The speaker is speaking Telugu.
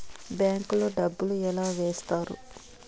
బ్యాంకు లో డబ్బులు ఎలా వేస్తారు